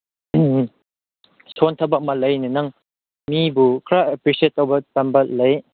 ꯎꯝ ꯁꯣꯟꯊꯥꯕ ꯑꯃ ꯂꯩꯅꯦ ꯅꯪ ꯃꯤꯕꯨ ꯈꯔ ꯑꯦꯄ꯭ꯔꯤꯁꯤꯌꯦꯠ ꯇꯧꯕ ꯇꯝꯕ ꯂꯩ